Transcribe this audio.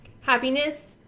Happiness